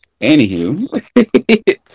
Anywho